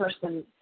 person